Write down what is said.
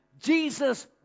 Jesus